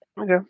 Okay